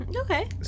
Okay